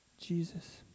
Jesus